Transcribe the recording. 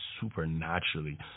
supernaturally